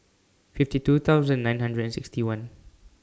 fifty two thousand nine hundred and sixty one